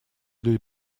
для